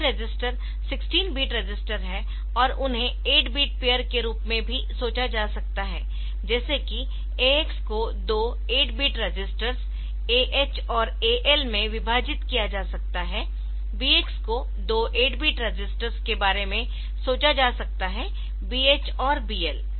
तो ये register 16 bit register है और उन्हें 8 बिट पेअर के रूप में भी सोचा जा सकता है जैसे कि AX को दो 8 बिट रजिस्टर्स AH और AL में विभाजित किया जा सकता है BX को दो 8 बिट रजिस्टर्स के बारे में सोचा जा सकता हैBH और BL